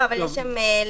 יש שם,